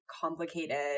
complicated